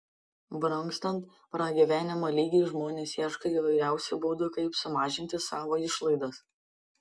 brangstant pragyvenimo lygiui žmonės ieško įvairiausių būdų kaip sumažinti savo išlaidas